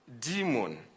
demon